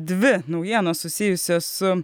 dvi naujienos susijusios su